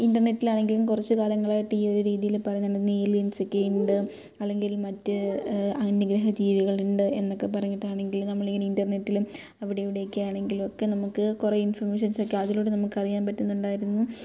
ഇൻ്റർനെറ്റിൽ ആണെങ്കിലും കുറച്ച് കാലങ്ങളായിട്ട് ഈ ഒരു രീതിയിൽ പറയുന്നുണ്ട് എലിയൻസ് ഒക്കെ ഉണ്ട് അല്ലെങ്കിൽ മറ്റ് അന്യഗ്രഹ ജീവികളുണ്ട് എന്നൊക്കെ പറഞ്ഞിട്ടാണെങ്കിൽ നമ്മൾ ഇങ്ങനെ ഇൻ്റർനെറ്റിലും അവിടെ ഇവിടെയൊക്കെ ആണെങ്കിലും ഒക്കെ നമുക്ക് കുറെ ഇൻഫൊർമേഷൻസ് ഒക്കെ അതിലൂടെ നമുക്ക് അറിയാൻ പറ്റുന്നുണ്ടായിരുന്നു